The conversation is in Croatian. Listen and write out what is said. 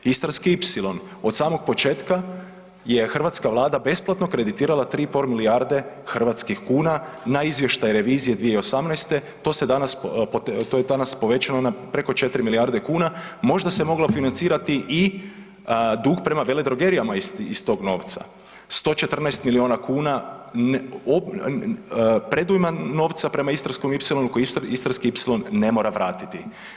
Istarski ipsilon od samog početka je hrvatska Vlada besplatno kreditirala 3,5 milijarde hrvatskih kuna na izvještaj revizije 2018. to se danas, to je danas povećano na preko 4 milijarde kune možda se moglo financirati i dug prema veledrogerijama iz tog novca, 114 miliona kuna predujma novca prema istarskom ipsilonu, koji istarski ipsilon ne mora vratiti.